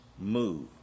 move